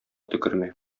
төкермә